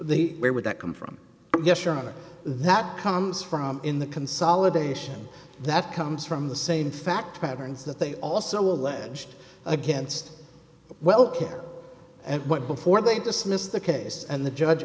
the where would that come from yes your honor that comes from in the consolidation that comes from the same fact patterns that they also alleged against well care what before they dismissed the case and the judge